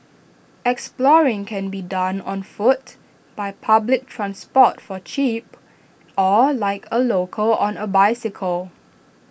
exploring can be done on foot by public transport for cheap or like A local on A bicycle